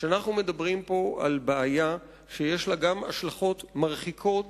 שאנחנו מדברים פה על בעיה שיש לה גם השלכות מרחיקות